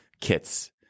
kits